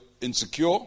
insecure